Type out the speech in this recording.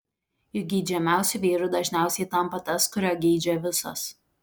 juk geidžiamiausiu vyru dažniausiai tampa tas kurio geidžia visos